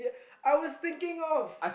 I was thinking of